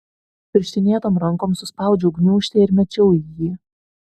pirštinėtom rankom suspaudžiau gniūžtę ir mečiau į jį